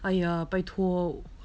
!aiya! 拜托